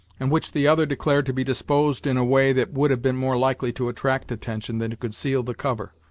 and which the other declared to be disposed in a way that would have been more likely to attract attention than to conceal the cover,